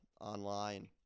online